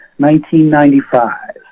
1995